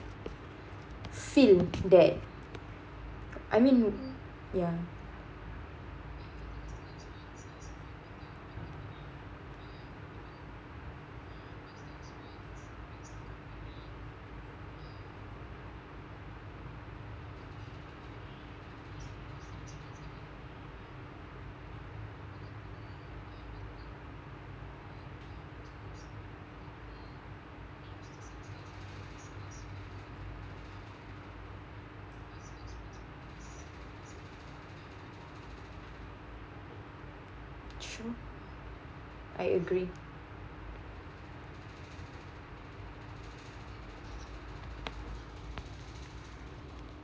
feel that I mean ya true I agree